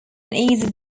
easy